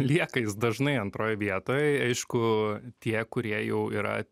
lieka jis dažnai antroj vietoj aišku tie kurie jau yra